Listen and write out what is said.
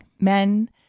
men